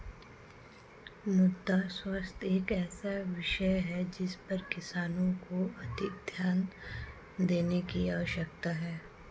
मृदा स्वास्थ्य एक ऐसा विषय है जिस पर किसानों को अधिक ध्यान देने की आवश्यकता है